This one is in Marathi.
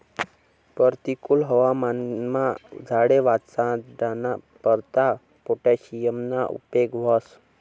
परतिकुल हवामानमा झाडे वाचाडाना करता पोटॅशियमना उपेग व्हस